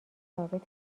ثابت